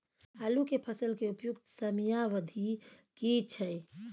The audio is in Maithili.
आलू के फसल के उपयुक्त समयावधि की छै?